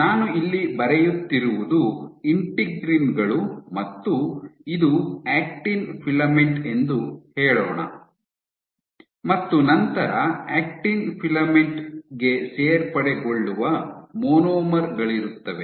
ನಾನು ಇಲ್ಲಿ ಬರೆಯುತ್ತಿರುವುದು ಇಂಟಿಗ್ರೀನ್ ಗಳು ಮತ್ತು ಇದು ಆಕ್ಟಿನ್ ಫಿಲಾಮೆಂಟ್ ಎಂದು ಹೇಳೋಣ ಮತ್ತು ನಂತರ ಆಕ್ಟಿನ್ ಫಿಲಾಮೆಂಟ್ ಗೆ ಸೇರ್ಪಡೆಗೊಳ್ಳುವ ಮೊನೊಮರ್ ಗಳಿರುತ್ತವೆ